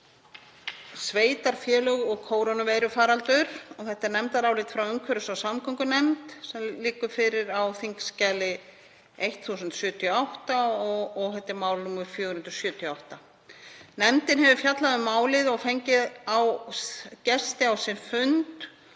(sveitarfélög og kórónuveirufaraldur). Þetta er nefndarálit frá umhverfis- og samgöngunefnd sem liggur fyrir á þskj. 1078 og þetta er mál nr. 478. Nefndin hefur fjallað um málið og fengið gesti á sinn fund